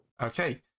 Okay